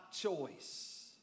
choice